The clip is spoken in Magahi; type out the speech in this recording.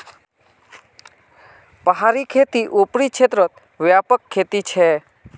पहाड़ी खेती ऊपरी क्षेत्रत व्यापक खेती छे